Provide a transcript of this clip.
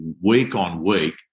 week-on-week